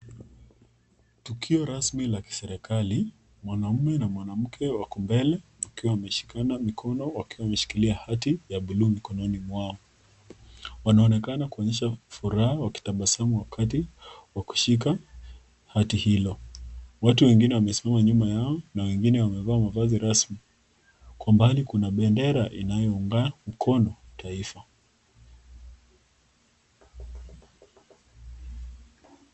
Tukio rasmi la kiserikali, mwanaume na mwanamke wako mbele wakiwa wameshikana mikono wakiwa wameshikilia hati ya blue mikononi mwao. Wanaonekana kuonyesha furaha wakitabasamu wakati wa kushika hati hilo. Watu wengine wamesimama nyuma yao na wengine wamevaa mavazi rasmi. Kwa mbali kuna bendera inayo ngaa mkono wa taifa.